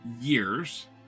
years